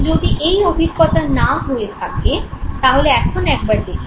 যদি এই অভিজ্ঞতা না হয়ে থাকে তাহলে এখন একবার দেখে নিন